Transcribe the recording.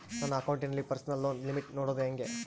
ನನ್ನ ಅಕೌಂಟಿನಲ್ಲಿ personal loan limit ನೋಡದು ಹೆಂಗೆ?